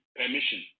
permission